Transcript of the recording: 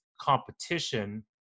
competition